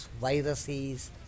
viruses